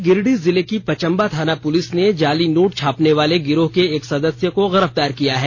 गिरिडीह जिले की पचम्बा थाना पुलिस ने जाली नोट छापनेवाले गिरोह के एक सदस्य को गिरफ्तार किया है